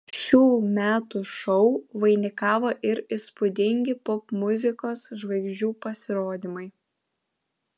šių metų šou vainikavo ir įspūdingi popmuzikos žvaigždžių pasirodymai